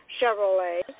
Chevrolet